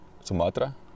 Sumatra